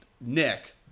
Nick